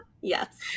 Yes